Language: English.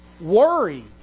Worry